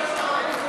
לא נתקבל.